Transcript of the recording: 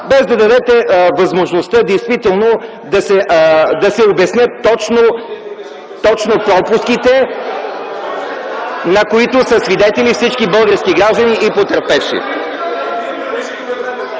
без да дадете възможността действително да се обяснят точно пропуските, на които са свидетели всички български граждани и потърпевши.